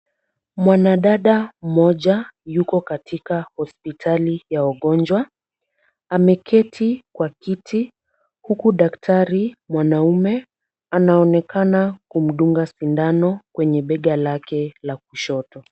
Mwanadada mmoja yuko katika hospitali ya wagonjwa. Ameketi kwa kiti huku daktari mwanaume anaonekana kumdunga sindano kwenye bega lake la kushoto.